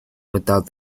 without